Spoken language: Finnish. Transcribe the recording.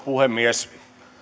puhemies